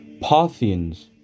Parthians